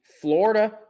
Florida